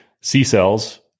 C-cells